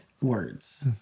words